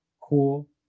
Cool